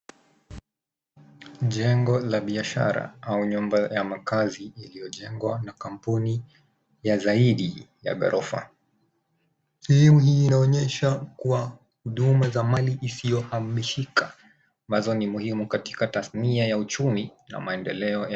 Jengo la biashara, au nyumba ya makazi iliyojengwa na kampuni ya Zaidi ya ghorofa. Sehemu hii inaonyesha kuwa huduma za mali isiyohamishika ambazo ni muhimu katika tathnia ya uchumi na maendeleo ya